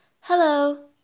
Hello